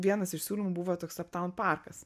vienas iš siūlymų buvo toks aptam parkas